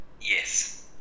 yes